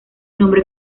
nombre